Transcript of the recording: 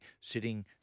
sitting